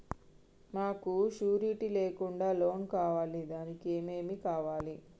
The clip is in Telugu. మాకు షూరిటీ లేకుండా లోన్ కావాలి దానికి ఏమేమి కావాలి?